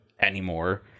anymore